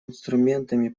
инструментами